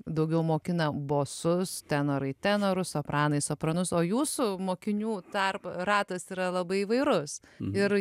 daugiau mokina bosus tenorai tenorus sopranai sopranus o jūsų mokinių tarpą ratas yra labai įvairus ir